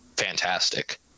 fantastic